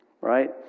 Right